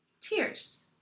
Tears